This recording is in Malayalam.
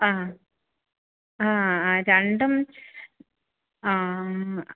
ആ ആ അ രണ്ടും ആ